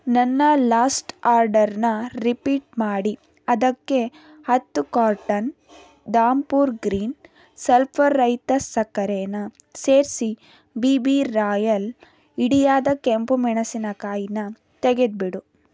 ನನ್ನ ಲಾಸ್ಟ್ ಆರ್ಡರ್ನ ರಿಪೀಟ್ ಮಾಡಿ ಅದಕ್ಕೆ ಹತ್ತು ಕಾರ್ಟನ್ ಧಾಮ್ಪುರ್ ಗ್ರೀನ್ ಸಲ್ಫರ್ ರಹಿತ ಸಕ್ಕರೆನ ಸೇರಿಸಿ ಬಿ ಬಿ ರಾಯಲ್ ಇಡಿಯಾದ ಕೆಂಪು ಮೆಣಸಿನಕಾಯಿನ ತೆಗೆದ್ಬಿಡು